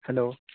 hello